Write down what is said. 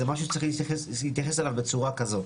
זה משהו שצריך להתייחס אליו בצורה כזאת.